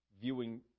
Viewing